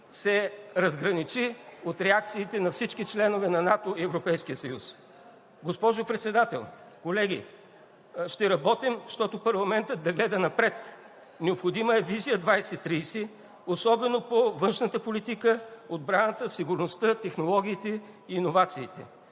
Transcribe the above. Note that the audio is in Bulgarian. се разграничи от реакциите на всички членове на НАТО и Европейския съюз. Госпожо Председател, колеги! Ще работим, щото парламентът да гледа напред. Необходима е визия 2030, особено по външната политика, отбраната, сигурността, технологиите и иновациите.